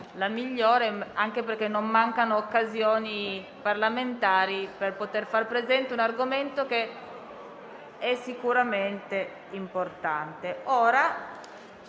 la migliore, anche perché non mancano occasioni parlamentari per poter far presente un argomento che è sicuramente importante.